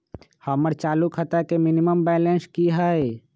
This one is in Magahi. हमर चालू खाता के मिनिमम बैलेंस कि हई?